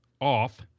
off